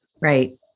Right